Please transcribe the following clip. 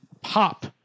pop